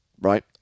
Right